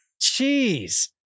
Jeez